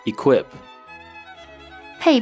Equip